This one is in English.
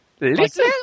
Listen